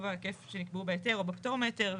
גובה או היקף שנקבעו בהיתר או בפטור מהיתר".